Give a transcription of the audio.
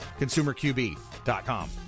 ConsumerQB.com